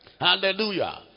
Hallelujah